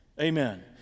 Amen